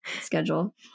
schedule